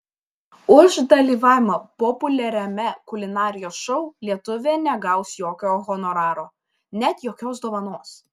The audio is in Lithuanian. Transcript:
už dalyvavimą populiariame kulinarijos šou lietuvė negaus jokio honoraro net jokios dovanos